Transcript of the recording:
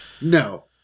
No